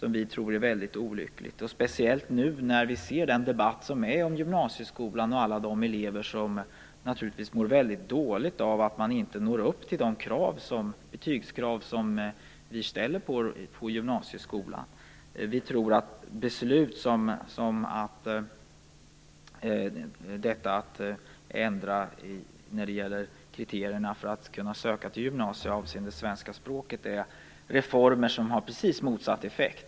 Det tror vi är väldigt olyckligt, speciellt med tanke på den debatt som förs om alla elever som, naturligtvis, mår dåligt av att de inte når upp till de betygskrav som ställs i gymnasieskolan. Vi tror att beslut som detta - om en ändring av kriterierna avseende svenska språket vid antagning till gymnasiet - är reformer som har precis motsatt effekt.